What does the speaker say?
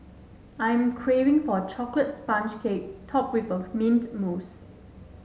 I am craving for a chocolate sponge cake topped with mint mousse